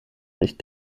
sich